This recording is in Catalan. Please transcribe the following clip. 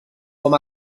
com